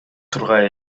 тургай